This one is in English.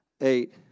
eight